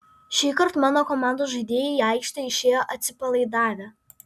šįkart mano komandos žaidėjai į aikštę išėjo atsipalaidavę